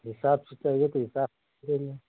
हिसाब से चाहिए तो हिसाब से देंगे